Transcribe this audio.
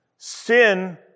sin